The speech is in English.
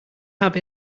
have